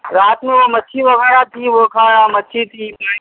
رات میں وہ مچھی وغیرہ تھی وہ کھایا مچھی تھی